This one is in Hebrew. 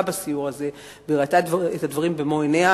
בסיור הזה וראתה את הדברים במו עיניה,